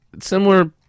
similar